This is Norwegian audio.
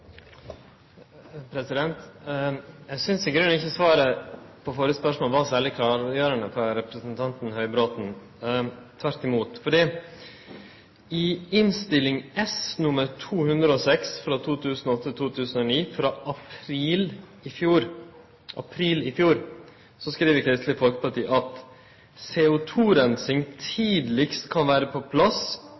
Eg synest i grunnen ikkje svaret frå representanten Høybråten på det førre spørsmålet var særleg klargjerande – tvert imot. I Innst. S nr. 206 for 2008–2009 frå april i fjor skreiv Kristeleg Folkeparti at CO2-reinsing tidlegast kan vere på plass